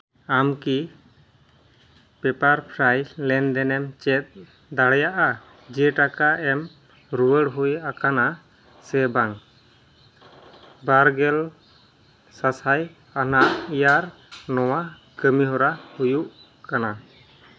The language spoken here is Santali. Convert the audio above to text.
ᱟᱢ ᱠᱤ ᱯᱮᱯᱟᱨᱯᱷᱨᱟᱭ ᱞᱮᱱᱫᱮᱱᱮᱢ ᱪᱮᱫ ᱫᱟᱲᱮᱭᱟᱜᱼᱟ ᱡᱮ ᱴᱟᱠᱟ ᱮᱢ ᱨᱩᱣᱟᱹᱲ ᱦᱩᱭ ᱟᱠᱟᱱᱟ ᱥᱮ ᱵᱟᱝ ᱵᱟᱨᱜᱮᱞ ᱥᱟᱥᱟᱭ ᱟᱱᱟᱜ ᱤᱭᱟᱨᱥ ᱱᱚᱣᱟ ᱠᱟᱹᱢᱤᱦᱚᱨᱟ ᱦᱩᱭᱩᱜ ᱠᱟᱱᱟ